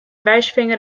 wijsvinger